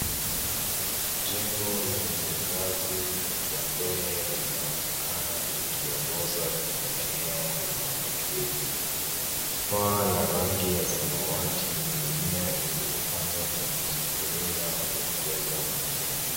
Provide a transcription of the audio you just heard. Jengo lenye ngazi za mbele linaonekana likiongoza kwenye eneo la mapokezi. Paa la rangi ya samawati na mimea iliyopandwa kwenye sufuria, huongeza mvuto.